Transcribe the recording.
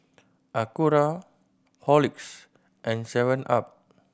Acura Horlicks and seven up